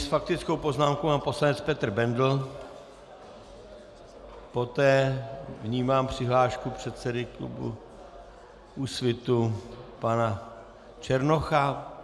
S faktickou poznámkou pan poslanec Petr Bendl, poté vnímám přihlášku předsedy klubu Úsvit pana Černocha.